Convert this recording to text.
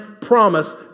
promise